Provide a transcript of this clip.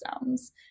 systems